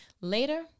later